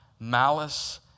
Malice